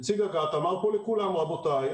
נציג אג"ת אמר פה לכולם: רבותיי,